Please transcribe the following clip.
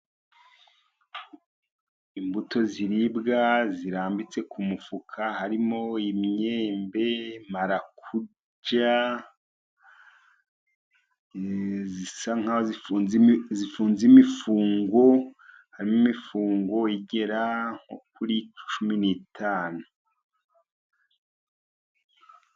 Imbuto ziribwa zirambitse ku mufuka, harimo imyembe, marakuja zisa nk'aho zifunze imifungo, harimo imifungo igera nko kuri cumi n'itanu.